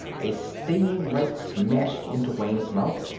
a stinging right smashed into wayne's mouth,